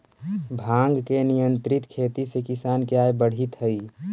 भाँग के नियंत्रित खेती से किसान के आय बढ़ित हइ